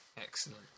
Excellent